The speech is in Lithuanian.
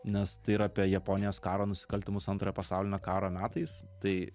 nes tai yra apie japonijos karo nusikaltimus antrojo pasaulinio karo metais tai